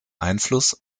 einfluss